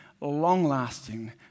long-lasting